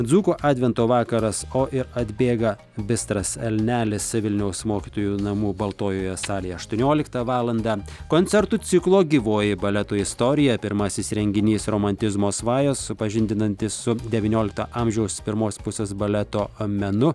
dzūkų advento vakaras o ir atbėga bistras elnelis vilniaus mokytojų namų baltojoje salėje aštuonioliktą valandą koncertų ciklo gyvoji baleto istorija pirmasis renginys romantizmo svajos supažindinantis su devyniolikto amžiaus pirmos pusės baleto menu